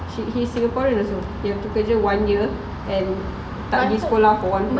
he singaporean also he have to kerja one year and tak pergi sekolah for one month